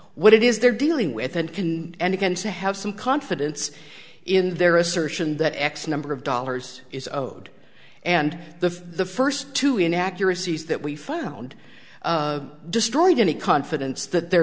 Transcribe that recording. what it is they're dealing with and can and again to have some confidence in their assertion that x number of dollars is owed and the the first two in accuracies that we found destroyed any confidence that the